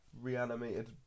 reanimated